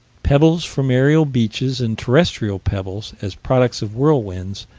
pebbles from aerial beaches and terrestrial pebbles as products of whirlwinds,